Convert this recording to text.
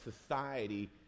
society